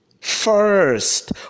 first